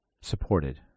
supported